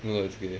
no ah it's okay